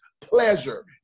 pleasure